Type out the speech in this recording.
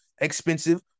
expensive